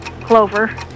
Clover